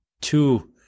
two